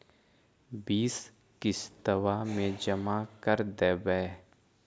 बिस किस्तवा मे जमा कर देवै?